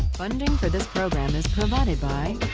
funding for this program is provided by